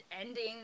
ending